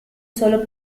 solo